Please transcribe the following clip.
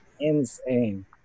insane